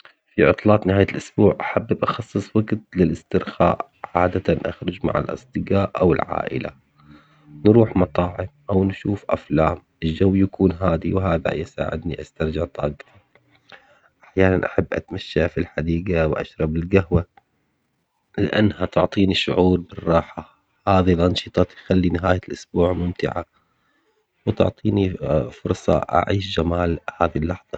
في عطلات نهاية الأسبوع أحبب أخصص وقت للاسترخاء، عادةً أخرج مع الأصدقاء أو العائلة نروح مطاعم أو نشوف أفلام، الجو يكون هادي وهذا يساعدني إني أسترجع طاقتي، أحياناً أحب أتمشى في الحديقة وأشرب القهوة لأنها تعطيني شعور بالراحة هذي الأنشطة تخلي نهاية الأسبوع ممتعة وتعطيني فرصة أعيش جمال هذي اللحظة.